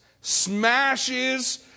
smashes